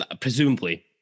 presumably